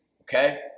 Okay